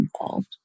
involved